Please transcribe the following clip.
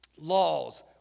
laws